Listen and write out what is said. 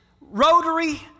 rotary